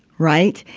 right?